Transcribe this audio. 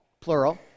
plural